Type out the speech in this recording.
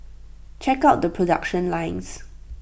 check out the production lines